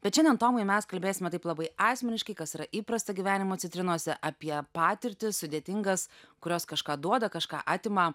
bet šiandien tomai mes kalbėsim taip labai asmeniškai kas yra įprasta gyvenimo citrinose apie patirtį sudėtingas kurios kažką duoda kažką atima